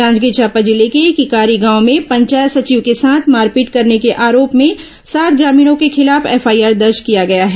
जांजगीर चांपा जिले के किरारी गांव में पंचायत सचिव के साथ मारपीट करने के आरोप में सात ग्रामीणों के खिलाफ एफआईआर दर्ज किया गया है